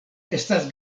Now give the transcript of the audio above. estas